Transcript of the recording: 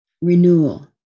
Renewal